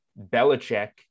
Belichick